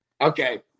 Okay